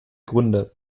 gründe